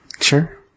Sure